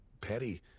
petty